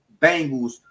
Bengals